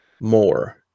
more